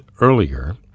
earlier